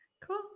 Cool